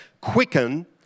quicken